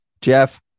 Jeff